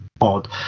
odd